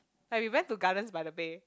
like we went to Gardens-by-the-Bay